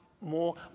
more